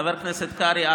חבר הכנסת קרעי,